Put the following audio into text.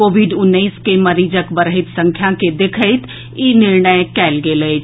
Covid उन्नैस के मरीजक बढ़ैत संख्या के देखैत ई निर्णय कयल गेल अछि